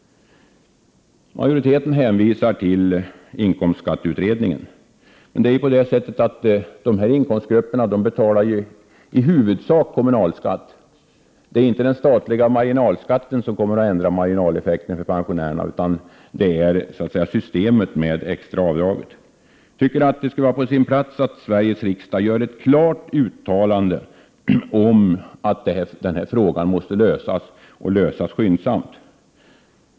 Majoriteten hänvisar till inkomstskatteutredningen. Men de här grupperna betalar ju i huvudsak kommunalskatt. Det är inte den statliga marginalskatten som kommer att ändra marginaleffekterna för pensionärer, utan det är systemet med extra avdrag. Jag tycker att det skulle vara på sin plats att Sveriges riksdag gör ett klart uttalande om att frågan måste lösas, och lösas skyndsamt.